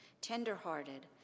tender-hearted